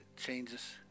Changes